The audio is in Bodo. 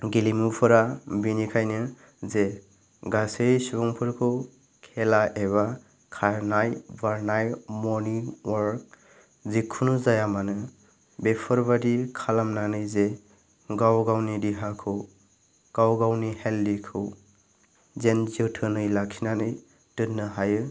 गेलेमुफोरा बिनिखायनो जे गासै सुबुंफोरखौ खेला एबा खारनाय बारनाय मर्निं वाक जिखुनु जाया मानो बेफोरबादि खालामनानै जे गाव गावनि देहाखौ गाव गावनि हेल्डिखौ जेन जोथोनै लाखिनानै दोननो हायो